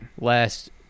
last